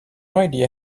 idea